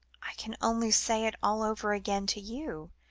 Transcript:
i can only say it all over again to you.